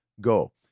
go